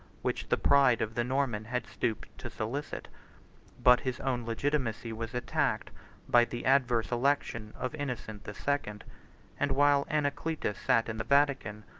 which the pride of the norman had stooped to solicit but his own legitimacy was attacked by the adverse election of innocent the second and while anacletus sat in the vatican,